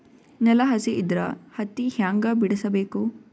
ನೆಲ ಹಸಿ ಇದ್ರ ಹತ್ತಿ ಹ್ಯಾಂಗ ಬಿಡಿಸಬೇಕು?